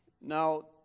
Now